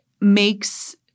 makes